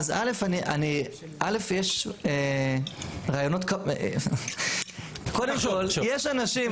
אז א', אני, יש רעיונות, קודם כל, יש אנשים.